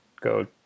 go